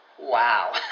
wow